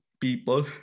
people